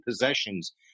possessions